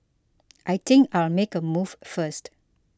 I think I'll make a move first